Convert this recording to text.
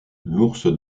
l’ours